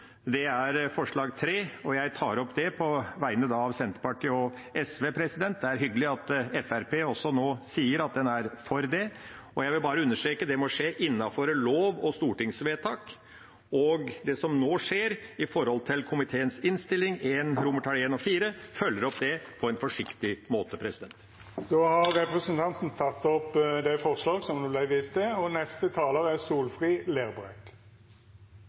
Det er forslag nr. 3, og jeg tar opp det på vegne av Senterpartiet og SV. Det er hyggelig at Fremskrittspartiet også nå sier at en er for det. Jeg vil understreke at det må skje innenfor lov- og stortingsvedtak. Det som nå skjer gjennom komiteens innstilling I og IV, følger opp det på en forsiktig måte. Då har representanten Per Olaf Lundteigen teke opp det forslaget han viste til. No skal eg halda ein tale for dei tjukke og dei smale. Dette er